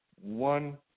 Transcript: one